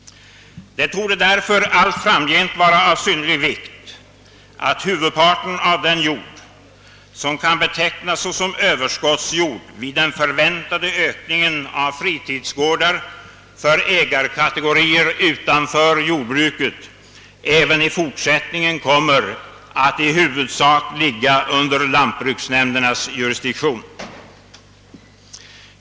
Det torde därför allt framgent vara av synnerlig vikt, att huvudparten av den jord, som kan betecknas såsom överskottsjord vid den förväntade ökningen av fritidsgårdar för ägarkategorier utanför jordbruket, även i fortsättningen i huvudsak kommer att ligga under lantbruksnämndernas jurisdiktion.